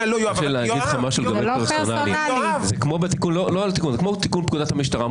זה כמו תיקון פקודת המשטרה.